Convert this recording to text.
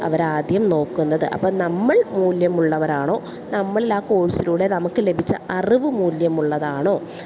അവർ ആദ്യം നോക്കുന്നത് അപ്പം നമ്മൾ മൂല്യമുള്ളവരാണോ നമ്മളിൽ ആ കോഴ്സിലൂടെ നമുക്ക് ലഭിച്ച അറിവ് മൂല്യമുള്ളതാണോ